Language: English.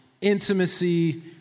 intimacy